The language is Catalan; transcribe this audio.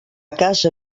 casa